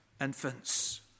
infants